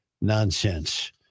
nonsense